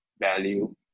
value